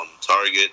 target